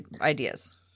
Ideas